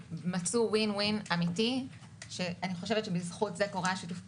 מצאו ווין ווין אמיתי ובזכות זה קורה שיתוף הפעולה.